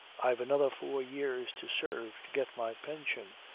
i've another four years to serve to get my pension.